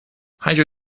hydro